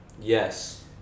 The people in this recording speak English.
Yes